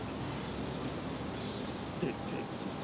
ठीक छै ठीक ठीक छै